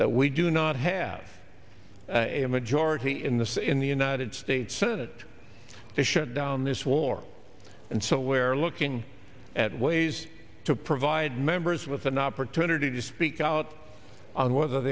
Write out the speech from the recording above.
that we do not have a majority in the say in the united states senate to shut down this war and so where looking at ways to provide members with an opportunity to speak out on whether